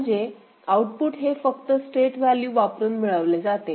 म्हणजे आउटपुट हे फक्त स्टेट व्हॅल्यू वापरून मिळवले जाते